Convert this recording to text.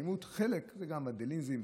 חלק מאלימות וגם מוונדליזם,